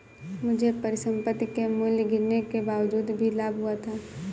मुझे परिसंपत्ति के मूल्य गिरने के बावजूद भी लाभ हुआ था